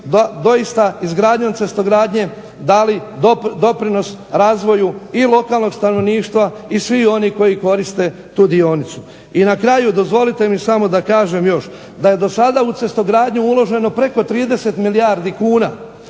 doista izgradnjom cestogradnje dali doprinos razvoju i lokalnog stanovništva i svih onih koji koriste tu dionicu. I na kraju dozvolite mi da kažem još da je do sada u cestogradnju uloženo preko 30 milijardi kuna.